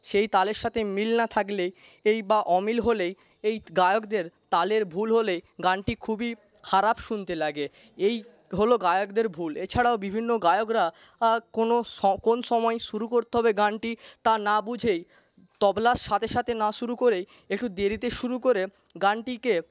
সেই তালের সাথে মিল না থাকলেই এই বা অমিল হলেই এই গায়কদের তালের ভুল হলেই গানটি খুবই খারাপ শুনতে লাগে এই হল গায়কদের ভুল এছাড়াও বিভিন্ন গায়করা কোনো কোন সময় শুরু করতে হবে গানটি তা না বুঝেই তবলার সাথে সাথেই না শুরু করেই একটু দেরিতে শুরু করে গানটিকে